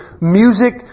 music